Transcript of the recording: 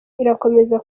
irakomeza